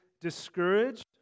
discouraged